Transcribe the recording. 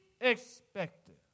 expected